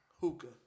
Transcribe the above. Hookah